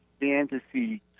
fantasy